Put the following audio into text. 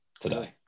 today